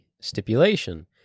stipulation